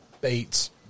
Bates